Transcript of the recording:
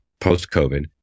post-COVID